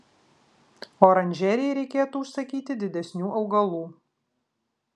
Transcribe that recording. oranžerijai reikėtų užsakyti didesnių augalų